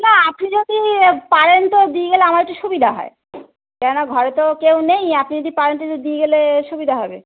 না আপনি যদি এ পারেন তো দিই গেলে আমার একটু সুবিধা হয় কেননা ঘরে তো কেউ নেই আপনি যদি পারেন তো একটু দিয়ে গেলে সুবিধা হবে